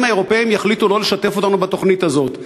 אם האירופים יחליטו לא לשתף אותנו בתוכנית הזאת.